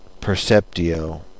perceptio